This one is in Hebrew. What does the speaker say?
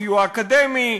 סיוע אקדמי,